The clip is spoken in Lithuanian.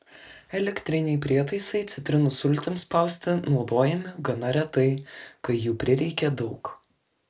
elektriniai prietaisai citrinų sultims spausti naudojami gana retai kai jų prireikia daug